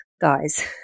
guys